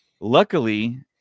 Luckily